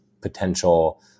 potential